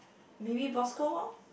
maybe Bosco-Wong